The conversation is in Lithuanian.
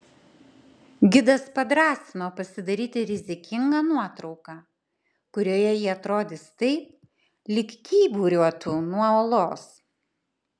gidas padrąsino pasidaryti rizikingą nuotrauką kurioje ji atrodys taip lyg kyburiuotų nuo uolos